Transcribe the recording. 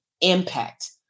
impact